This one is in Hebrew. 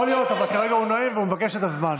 יכול להיות, אבל כרגע הוא נואם והוא מבקש את הזמן.